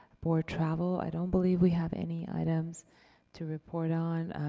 board travel. i don't believe we have any items to report on.